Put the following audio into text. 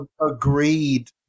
agreed